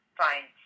fine